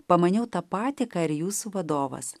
pamaniau tą patį ką ir jūsų vadovas